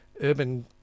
urban